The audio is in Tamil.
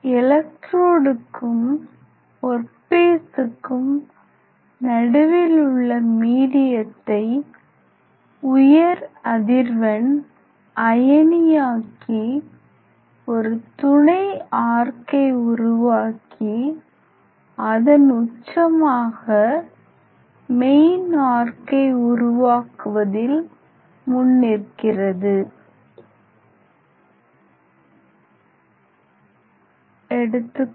எலெக்ட்ரோடுக்கும் ஒர்க் பீசுக்கும் நடுவில் உள்ள மீடியத்தை உயர் அதிர்வெண் அயனியாக்கி ஒரு துணை ஆர்க்கை உருவாக்கி அதன் உச்சமாக மெயின் ஆர்க்கை உருவாக்குவதில் முன்னிற்கிறது Ex